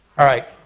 alright,